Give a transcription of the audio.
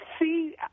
see